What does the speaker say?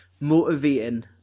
motivating